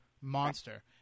monster